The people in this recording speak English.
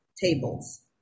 tables